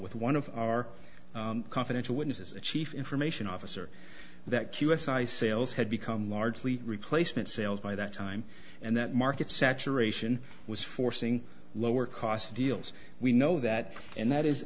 with one of our confidential witnesses the chief information officer that q s i sales had become largely replacement sales by that time and that market saturation was forcing lower cost deals we know that and that is